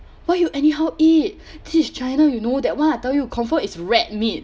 why you anyhow eat this is china you know that one I tell you confirm is rat meat